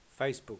facebook